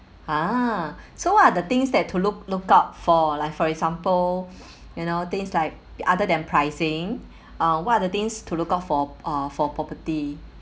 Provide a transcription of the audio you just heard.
ah so what are the things that to look lookout for like for example you know things like other than pricing uh what are the things to lookout for uh for property